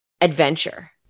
adventure